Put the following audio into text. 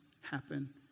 happen